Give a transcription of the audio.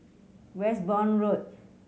Westbourne Road